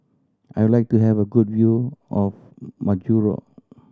I would like to have a good view of Majuro